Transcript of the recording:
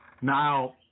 Now